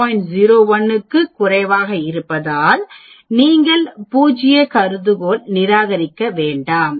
01 க்கும் குறைவாக இருப்பதால் நீங்கள் பூஜ்ய கருதுகோளை நிராகரிக்க வேண்டாம்